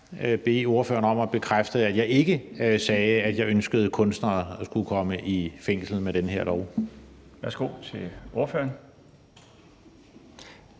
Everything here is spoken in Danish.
bede ordføreren om at bekræfte, at jeg ikke sagde, at jeg ønskede, at kunstnere skulle kunne komme i fængsel med den her lov. Kl. 21:35 Den